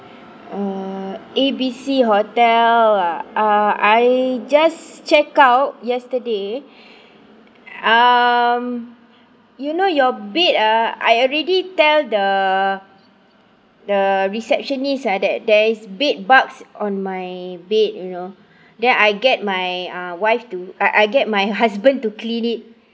uh A B C hotel ah uh I just checked out yesterday um you know your bed ah I already tell the the receptionist ah that there is bed bugs on my bed you know then I get my uh wife to I I get my husband to clean it